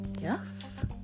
yes